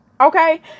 okay